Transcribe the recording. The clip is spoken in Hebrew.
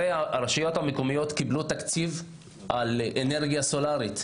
הרי הרשויות המקומיות קיבלו תקציב על אנרגיה סולארית,